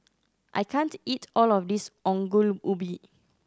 I can't eat all of this Ongol Ubi